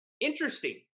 Interesting